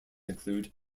include